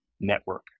network